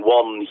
one